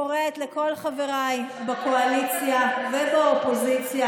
אני קוראת לכל חבריי בקואליציה ובאופוזיציה